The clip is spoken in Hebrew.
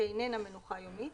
שאיננה מנוחה יומית,